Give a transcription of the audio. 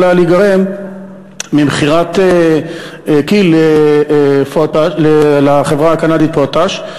היה להיגרם ממכירת כי"ל לחברה הקנדית "פוטאש".